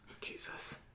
Jesus